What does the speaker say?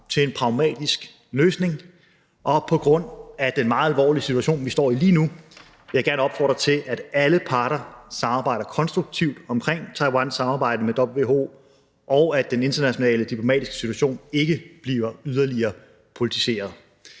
til en pragmatisk løsning. På grund af den meget alvorlige situation, vi står i lige nu, vil jeg gerne opfordre til, at alle parter samarbejder konstruktivt omkring Taiwans samarbejde med WHO, og at den internationale diplomatiske situation ikke bliver yderligere politiseret.